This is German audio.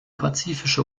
pazifische